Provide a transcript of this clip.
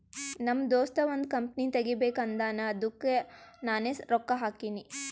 ನಮ್ ದೋಸ್ತ ಒಂದ್ ಕಂಪನಿ ತೆಗಿಬೇಕ್ ಅಂದಾನ್ ಅದ್ದುಕ್ ನಾನೇ ರೊಕ್ಕಾ ಹಾಕಿನಿ